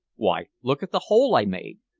why, look at the hole i made.